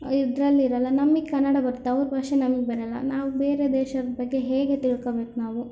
ಇದ್ರಲ್ಲಿ ಇರೋಲ್ಲ ನಮಗೆ ಕನ್ನಡ ಬರ್ತೆ ಅವ್ರ ಭಾಷೆ ನಮ್ಗೆ ಬರೋಲ್ಲ ನಾವು ಬೇರೆ ದೇಶದ ಬಗ್ಗೆ ಹೇಗೆ ತಿಳ್ಕಬೇಕು ನಾವು